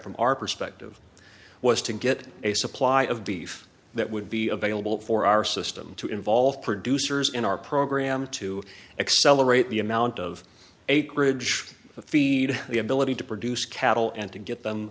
from our perspective was to get a supply of beef that would be available for our system to involve producers in our program to accelerate the amount of acreage to feed the ability to produce cattle and to get them